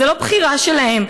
זו לא בחירה שלהם,